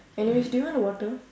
anyways do you want water